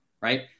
right